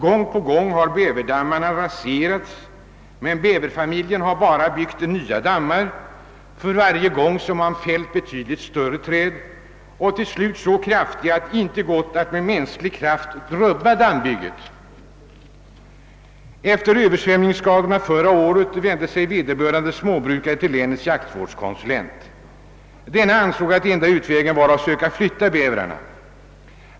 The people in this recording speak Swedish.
Gång på gång har bäverdammarna raserats, men bäverfamiljen har bara byggt nya dammar. För varje gång har de fällt betydligt större träd och till slut så kraftiga att det inte gått att med mänsklig kraft rubba dammbygget. Efter översvämningsskadorna förra året vände sig vederbörande småbrukare till länets jaktvårdskonsulent. Denne ansåg att enda utvägen var att söka flytta bävrarna.